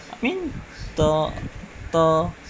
I mean the the